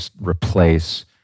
replace